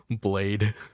blade